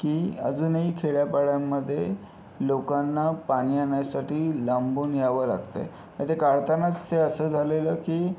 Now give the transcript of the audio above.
की अजूनही खेड्यापाड्यांमध्ये लोकांना पाणी आणायसाठी लांबून यावं लागतं आहे नाही ते काढतानाच ते असं झालेलं की